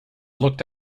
looked